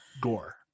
gore